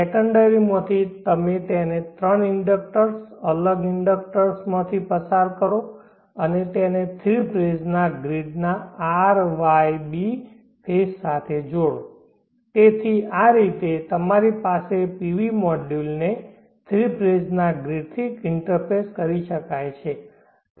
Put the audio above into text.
સેકન્ડરીમાંથી તમે તેને 3 ઇન્ડક્ટર્સ અલગ ઇન્ડક્ટર્સથી પસાર કરો અને તેને થ્રી ફેજ ના ગ્રીડના R Y B ફેજ સાથે જોડો તેથી આ રીતે તમારી પાસે PV મોડ્યુલને થ્રી ફેજ ના ગ્રીડથી ઇન્ટરફેસ કરી શકાય છે